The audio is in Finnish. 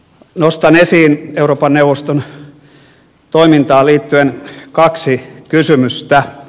nostan esiin euroopan neuvoston toimintaan liittyen kaksi kysymystä